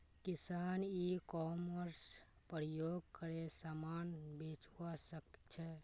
किसान e commerce प्रयोग करे समान बेचवा सकछे